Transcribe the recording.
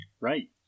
right